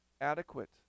adequate